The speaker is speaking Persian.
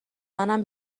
منم